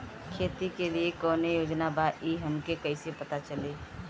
खेती के लिए कौने योजना बा ई हमके कईसे पता चली?